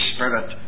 Spirit